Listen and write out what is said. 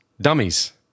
dummies